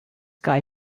guy